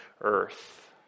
earth